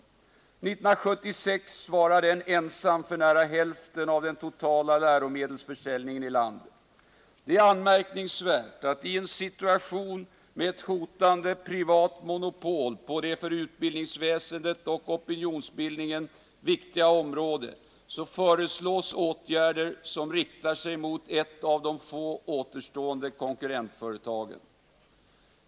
År 1976 svarade denna ensam för nära hälften av den totala läromedelsförsäljningen i landet. Det är anmärkningsvärt att i en situation med ett hotande privat monopol på detta för utbildningsväsendet och opinionsbildningen viktiga område föreslå åtgärder som riktar sig mot ett av de få återstående konkurrentföretagen.